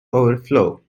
overflow